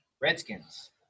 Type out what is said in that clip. Redskins